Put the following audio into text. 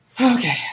Okay